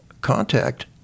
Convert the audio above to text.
contact